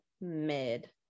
Mid